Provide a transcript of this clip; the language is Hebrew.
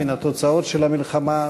מן התוצאות של המלחמה,